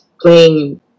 playing